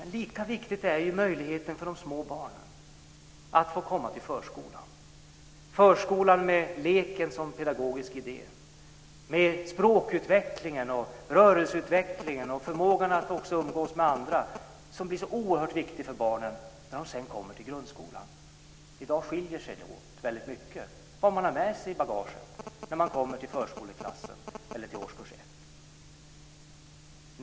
Men lika viktig är ju möjligheten för de små barnen att få komma till förskolan. Förskolan har leken som pedagogisk idé. Språkutvecklingen, rörelseutvecklingen och förmågan att umgås med andra blir oerhört viktig gör barnen när de sedan kommer till grundskolan. I dag skiljer det sig väldigt mycket åt när det gäller vad man har med sig i bagaget när man kommer till förskoleklassen eller till årskurs 1.